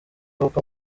kuko